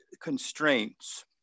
constraints